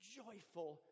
joyful